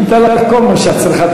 ניתן לך כל מה שאת צריכה,